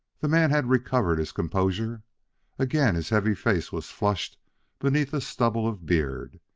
the man had recovered his composure again his heavy face was flushed beneath a stubble of beard.